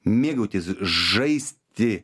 mėgautis žaisti